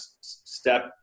step